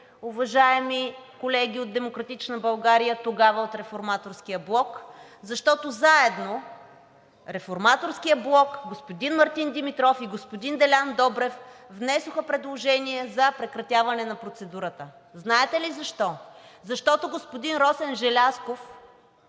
уважаеми колеги от „Демократична България“, тогава от Реформаторския блок, защото заедно с Реформаторския блок господин Мартин Димитров и господин Делян Добрев внесоха предложение за прекратяване на процедурата. Знаете ли защо? Защото господин Росен Желязков